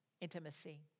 intimacy